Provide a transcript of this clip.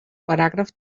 paràgraf